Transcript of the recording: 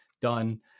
Done